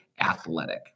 ATHLETIC